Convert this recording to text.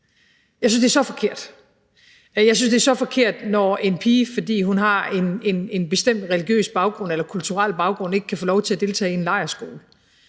jeg synes, det er så forkert. Jeg synes, det er så forkert, når en pige, fordi hun har en bestemt religiøs eller kulturel baggrund, ikke kan få lov til at deltage i en lejrskole.